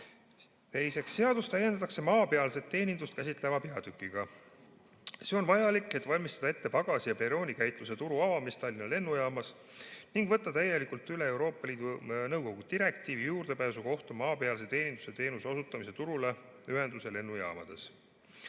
seadust täiendatakse maapealset teenindust käsitleva peatükiga. See on vajalik, et valmistada ette pagasi‑ ja perroonikäitluse turu avamist Tallinna lennujaamas ning võtta täielikult üle Euroopa Liidu Nõukogu direktiiv juurdepääsu kohta maapealse teeninduse teenuse osutamise turule ühenduse lennujaamades.